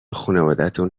خونوادتون